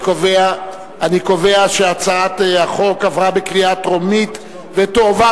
אני קובע שהצעת החוק עברה בקריאה טרומית ותועבר